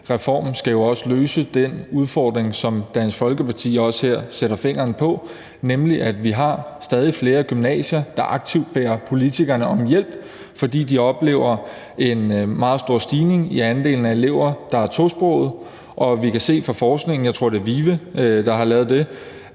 reform skal jo også løse den udfordring, som Dansk Folkeparti også sætter fingeren på her, nemlig at vi har stadig flere gymnasier, der aktivt beder politikerne om hjælp, fordi de oplever en meget stor stigning i andelen af elever, der er tosprogede, og vi kan se fra forskningen – jeg tror, det er VIVE, der står bag – at